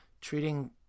treating